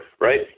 right